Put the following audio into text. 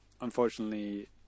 unfortunately